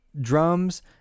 drums